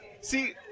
See